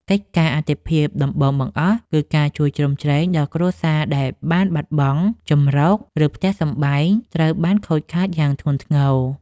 កិច្ចការជាអាទិភាពដំបូងបង្អស់ គឺការជួយជ្រោមជ្រែងដល់គ្រួសារដែលបានបាត់បង់ជម្រក ឬផ្ទះសម្បែងត្រូវបានខូចខាតយ៉ាងធ្ងន់ធ្ងរ។